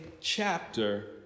chapter